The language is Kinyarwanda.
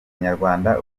nyarwanda